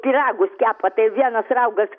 pyragus kepa tai vienas raugas